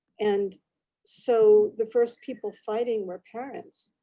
and so the first people fighting were parents.